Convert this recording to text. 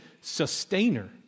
sustainer